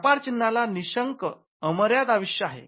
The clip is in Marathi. व्यापार चिन्हाला ला निशंक अमर्याद आयुष्य आहे